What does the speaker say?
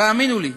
תאמינו לי,